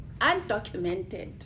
undocumented